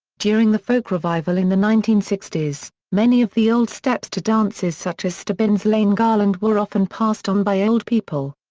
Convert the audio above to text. during the folk revival in the nineteen sixty s, many of the old steps to dances such as stubbins lane garland were often passed on by old people.